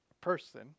person